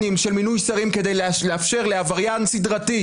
של מינוי שרים כדי לאפשר לעבריין סדרתי,